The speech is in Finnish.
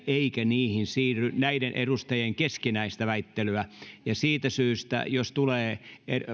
eikä niihin sisälly näiden edustajien keskinäistä väittelyä ja siitä syystä jos tulee